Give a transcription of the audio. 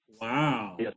Wow